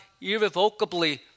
irrevocably